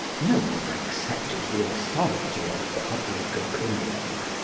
no one accepted the authority of public opinion.